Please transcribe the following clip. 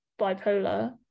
bipolar